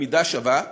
במידה שווה,